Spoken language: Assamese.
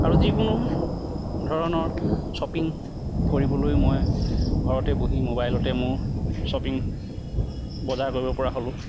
আৰু যিকোনো ধৰণৰ শ্বপিং কৰিবলৈ মই ঘৰতে বহি ম'বাইলতে মোৰ শ্ৱপিং বজাৰ কৰিব পৰা হ'লোঁ